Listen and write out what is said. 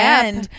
end